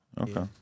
Okay